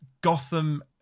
Gotham